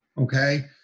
okay